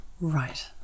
Right